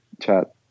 chat